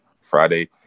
Friday